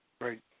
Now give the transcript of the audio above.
Right